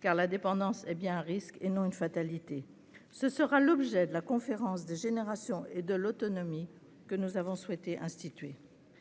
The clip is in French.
car la dépendance est bien un risque et non une fatalité. Ce sera l'objet de la conférence nationale des générations et de l'autonomie, que nous avons souhaité instituer.